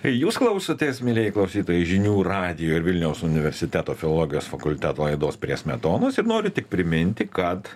jūs klausotės mielieji klausytojai žinių radijo ir vilniaus universiteto filologijos fakulteto laidos prie smetonos ir noriu tik priminti kad